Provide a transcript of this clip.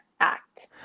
Act